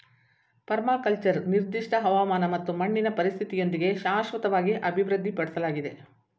permaculture ನಿರ್ದಿಷ್ಟ ಹವಾಮಾನ ಮತ್ತು ಮಣ್ಣಿನ ಪರಿಸ್ಥಿತಿಯೊಂದಿಗೆ ಶಾಶ್ವತವಾಗಿ ಅಭಿವೃದ್ಧಿಪಡ್ಸಲಾಗಿದೆ